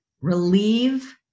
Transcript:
relieve